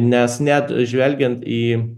nes net žvelgiant į